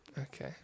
Okay